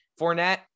Fournette